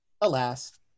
Alas